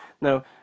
Now